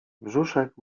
brzuszek